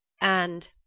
And—